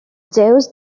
jews